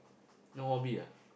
no hobby ah